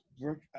work